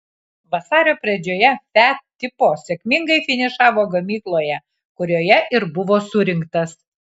vasario pradžioje fiat tipo sėkmingai finišavo gamykloje kurioje ir buvo surinktas